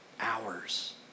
hours